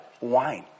Wine